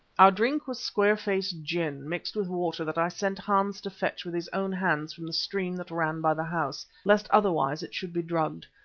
our drink was square-face gin, mixed with water that i sent hans to fetch with his own hands from the stream that ran by the house, lest otherwise it should be drugged.